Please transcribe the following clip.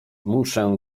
muszę